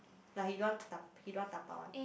like he don't want to da~ he don't want dabao one